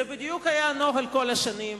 זה בדיוק היה הנוהל כל השנים,